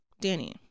Danny